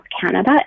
Canada